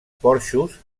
porxos